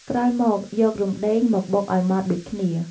ក្រោយមក យករំដេងមកបុកឱ្យម៉ដ្ឋដូចគ្នា។